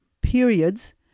periods